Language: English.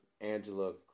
Angela